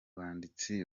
banditsi